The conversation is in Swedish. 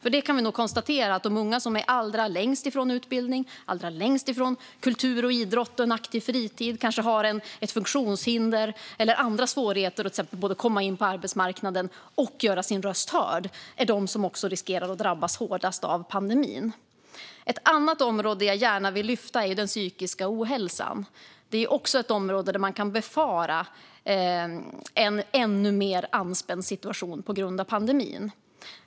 Vi kan konstatera att de unga som är allra längst ifrån utbildning, allra längst ifrån kultur, idrott och en aktiv fritid, de som kanske har ett funktionshinder eller andra svårigheter att till exempel både komma in på arbetsmarknaden och att göra sin röst hörd är de som också riskerar att drabbas hårdast av pandemin. Ett annat område jag gärna vill lyfta är den psykiska ohälsan. Det är också ett område där man kan befara en ännu mer anspänd situation på grund av pandemin.